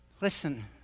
Listen